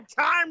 time